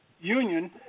Union